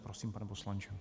Prosím, pane poslanče.